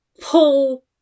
pull